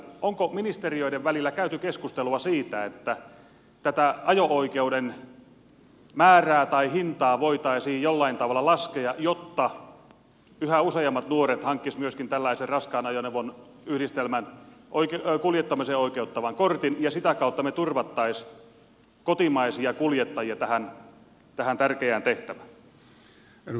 onko ministeriöiden välillä käyty keskustelua siitä että tätä ajo oikeu den määrää tai hintaa voitaisiin jollain tavalla laskea jotta yhä useammat nuoret hankkisivat myöskin tällaisen raskaan ajoneuvoyhdistelmän kuljettamiseen oikeuttavan kortin ja sitä kautta me turvaisimme kotimaisia kuljettajia tähän tärkeään tehtävään